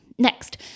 Next